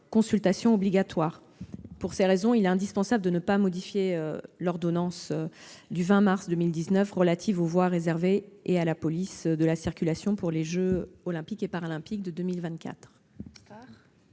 consultation obligatoire est donc inutile. Je répète qu'il nous paraît indispensable de ne pas modifier l'ordonnance du 20 mars 2019 relative aux voies réservées et à la police de la circulation pour les jeux Olympiques et Paralympiques de 2024.